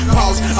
Pause